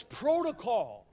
protocol